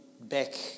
back